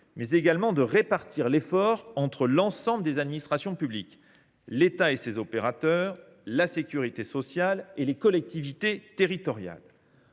mais également de répartir l’effort entre l’ensemble des administrations publiques : l’État et ses opérateurs, la sécurité sociale et les collectivités territoriales.